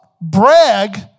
brag